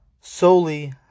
solely